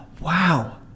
wow